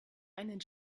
einen